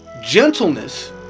gentleness